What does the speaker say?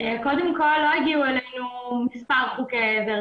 קודם כל, לא הגיעו אלינו מספר חוקי עזר.